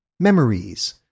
memories